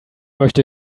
möchte